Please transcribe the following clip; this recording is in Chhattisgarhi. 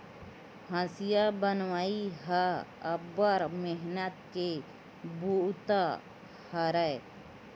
हँसिया बनई ह अब्बड़ मेहनत के बूता हरय